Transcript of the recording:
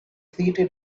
seated